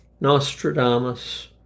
Nostradamus